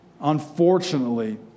Unfortunately